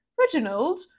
Reginald